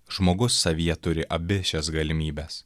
žmogus savyje turi abi šias galimybes